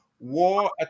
war